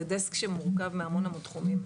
זה דסק שמורכב מהמון המון תחומים.